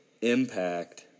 impact